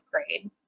upgrade